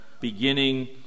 beginning